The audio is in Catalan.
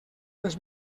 les